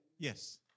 Yes